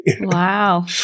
wow